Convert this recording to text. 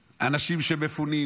אנשים שמפונים,